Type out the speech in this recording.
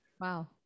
Wow